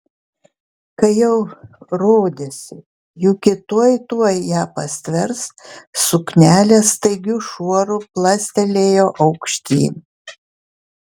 kai jau rodėsi juki tuoj tuoj ją pastvers suknelė staigiu šuoru plastelėjo aukštyn